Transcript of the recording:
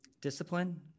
discipline